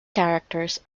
characters